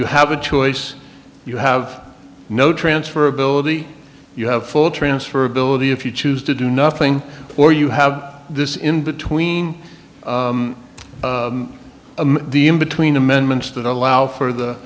you have a choice you have no transfer ability you have transfer ability if you choose to do nothing or you have this in between the in between amendments that allow for the